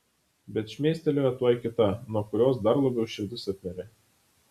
bet šmėstelėjo tuoj kita nuo kurios dar labiau širdis apmirė